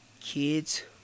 kids